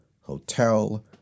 hotel